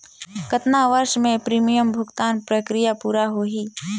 कतना वर्ष मे प्रीमियम भुगतान प्रक्रिया पूरा होही?